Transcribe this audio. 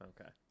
Okay